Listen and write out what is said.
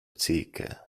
cheek